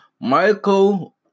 Michael